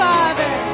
Father